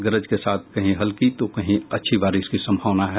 गरज के साथ कहीं हल्की तो कहीं अच्छी बारिश की संभावना है